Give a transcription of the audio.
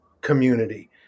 community